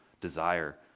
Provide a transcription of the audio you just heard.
desire